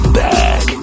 back